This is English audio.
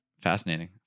fascinating